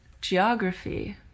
geography